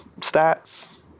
stats